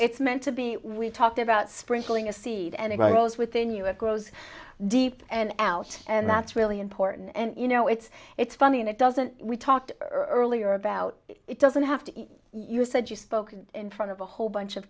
it's meant to be we talked about sprinkling a seed and rose within you it goes deep and out and that's really important and you know it's it's funny and it doesn't we talked earlier about it doesn't have to you said you spoke in front of a whole bunch of